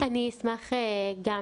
אני אשמח גם